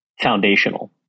foundational